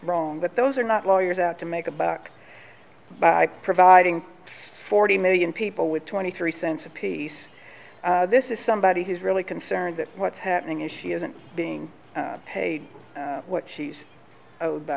wrong but those are not lawyers to make a buck by providing forty million people with twenty three cents apiece this is somebody who's really concerned that what's happening is she isn't being paid what she's